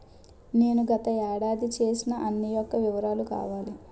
నేను గత ఏడాది చేసిన అన్ని యెక్క వివరాలు కావాలి?